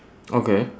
okay